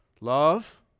Love